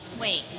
Wait